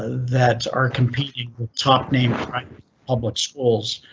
ah that are competing with top name private public schools.